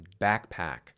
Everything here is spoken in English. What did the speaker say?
backpack